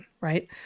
right